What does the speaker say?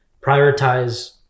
prioritize